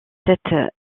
cette